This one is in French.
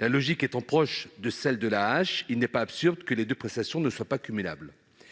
La logique étant proche de celle de l'AAH, il n'est pas absurde que les deux prestations ne soient pas cumulables.